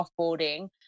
offboarding